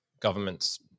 governments